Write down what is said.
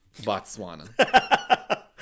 Botswana